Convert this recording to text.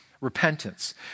repentance